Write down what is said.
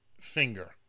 finger